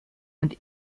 und